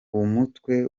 umutwe